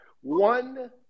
One